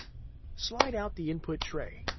slide out the input tray.